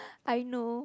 I know